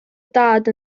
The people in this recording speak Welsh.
dad